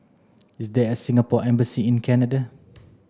is there a Singapore Embassy in Canada